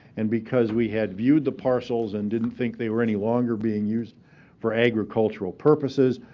and because we had viewed the parcels and didn't think they were any longer being used for agricultural purposes,